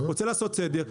רוצה לעשות סדר.